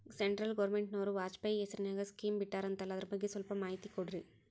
Central ಗವರ್ನಮೆಂಟನವರು ವಾಜಪೇಯಿ ಹೇಸಿರಿನಾಗ್ಯಾ scheme ಬಿಟ್ಟಾರಂತಲ್ಲ ಅದರ ಬಗ್ಗೆ ಸ್ವಲ್ಪ ಮಾಹಿತಿ ಕೊಡ್ರಿ?